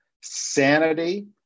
sanity